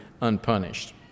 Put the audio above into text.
unpunished